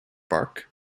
bark